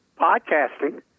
podcasting